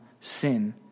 sin